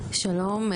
שלום,